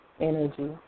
energy